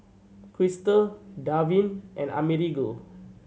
Christel Darvin and Amerigo